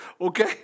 okay